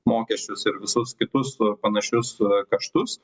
mokesčius ir visus kitus panašius kaštus